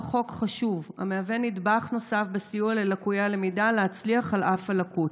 הוא חוק חשוב המהווה נדבך נוסף בסיוע ללקויי הלמידה להצליח על אף הלקות.